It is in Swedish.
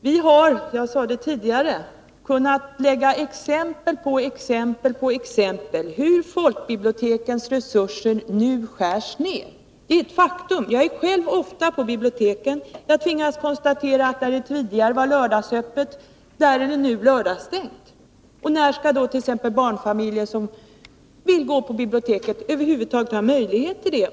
Vi har— jag sade det tidigare — exempel på exempel på hur folkbibliotekens resurser nu skärs ned. Det är ett faktum. Jag är själv ofta på biblioteken, och jag tvingas konstatera att där det tidigare var lördagsöppet är det nu lördagsstängt. När skall då t.ex. förvärvsarbetande barnfamiljer som vill gå på biblioteket över huvud taget ha möjlighet till det.